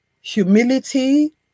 humility